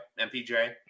MPJ